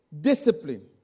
discipline